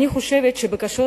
אני חושבת שהבקשות